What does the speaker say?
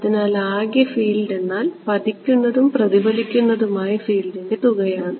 അതിനാൽ ആകെ ഫീൽഡ് എന്നാൽ പതിക്കുന്നതും പ്രതിഫലിക്കുന്നതുമായ ഫീൽഡിൻ്റെ തുകയാണ്